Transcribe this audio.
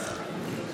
תקרא לילד בשמו.